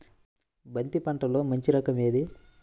బంతి పంటలో మంచి రకం ఏది?